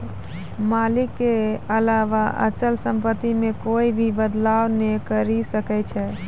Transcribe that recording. मालिक के अलावा अचल सम्पत्ति मे कोए भी बदलाव नै करी सकै छै